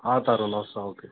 తరుణ్ వస్తాను ఓకే